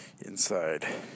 inside